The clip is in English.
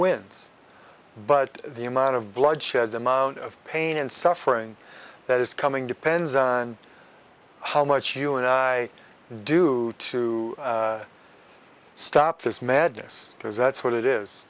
wins but the amount of bloodshed the amount of pain and suffering that is coming depends on how much you and i do to stop this madness because that's what it